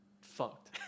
fucked